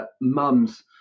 mum's